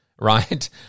Right